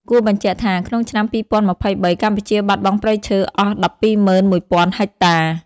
គួរបញ្ជាក់ថា ក្នុងឆ្នាំ២០២៣ កម្ពុជាបាត់បង់ព្រៃឈើអស់១២ម៉ឹន១ពាន់ហិកតា។